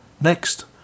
next